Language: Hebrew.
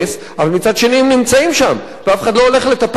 אבל מצד שני הם נמצאים שם ואף אחד לא הולך לטפל בהם,